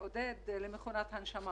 עודד, למכונת הנשמה